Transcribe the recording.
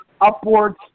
upwards